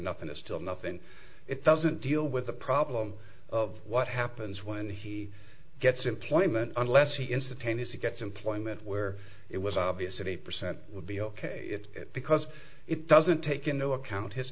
nothing is still nothing it doesn't deal with the problem of what happens when he gets employment unless he instantaneously gets employment where it was obvious that eight percent would be ok because it doesn't take into account his